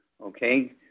okay